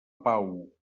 pau